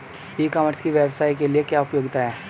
ई commerce की व्यवसाय के लिए क्या उपयोगिता है?